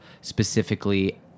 specifically